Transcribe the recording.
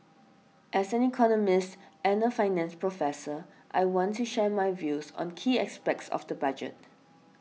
as an economist and a finance professor I want to share my views on key aspects of the budget